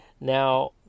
Now